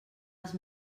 els